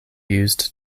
used